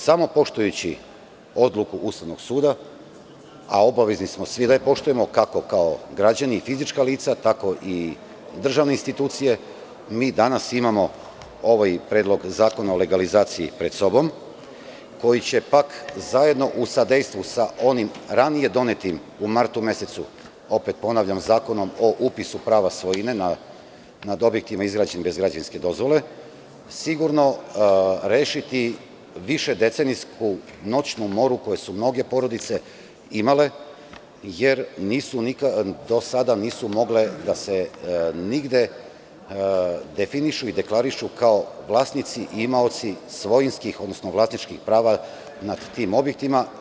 Samo poštujući Odluku Ustavnog suda, a obavezni smo svi da je poštujemo, kako kao građani i fizička lica, tako i državne institucije, mi danas imamo ovaj predlog zakona o legalizaciji pred sobom koji će pak zajedno u sadejstvu sa onim ranije donetim u martu mesecu, opet ponavljam, Zakonom o upisu prava svojine na dobitima izgrađenim bez građevinske dozvole, sigurno rešiti višedecenijsku noćnu moru koju su mnoge porodice imale, jer do sada nisu mogle da se nigde definišu i deklarišu kao vlasnici i imaoci svojinskih, odnosno vlasničkih prava nad tim objektima.